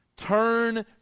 Turn